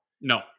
No